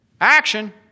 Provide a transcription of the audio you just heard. action